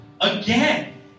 again